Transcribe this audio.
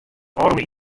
ôfrûne